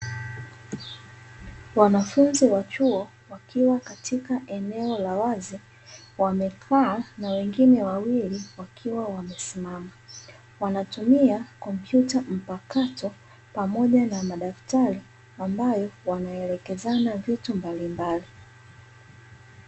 Wanafunzi wa chuo wakiwa katika eneo la wazi wamekaa na wengine wawili wakiwa wamesimama, wanatumia kompyuta mpakato pamoja na madaftari ambayo wanaelekezana vitu mbalimbali.